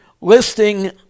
listing